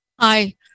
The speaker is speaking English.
Hi